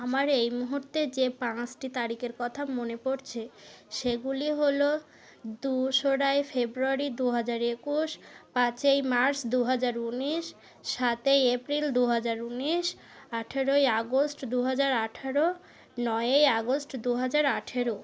আমার এই মুহুর্তে যে পাঁচটি তারিখের কথা মনে পড়ছে সেগুলি হল দোসরা ফেব্রুয়ারি দুহাজার একুশ পাঁচই মার্চ দুহাজার উনিশ সাতই এপ্রিল দুহাজার উনিশ আঠেরোই আগস্ট দুহাজার আঠারো নয়ই আগস্ট দুহাজার আঠেরো